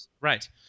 right